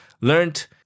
learned